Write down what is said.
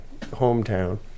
hometown